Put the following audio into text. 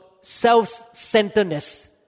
self-centeredness